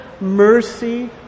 mercy